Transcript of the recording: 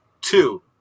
two